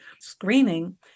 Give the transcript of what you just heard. screening